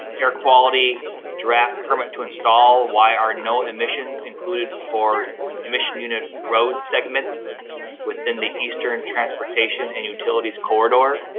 air quality draft permit to install, why are no emissions included for emission unit road segments within the eastern transportation and utilities corridor?